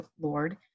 Lord